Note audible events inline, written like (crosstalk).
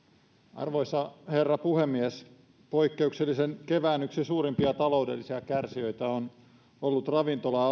arvoisa herra puhemies poikkeuksellisen kevään yksi suurimpia taloudellisia kärsijöitä on ollut ravintola (unintelligible)